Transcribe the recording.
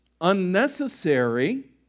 unnecessary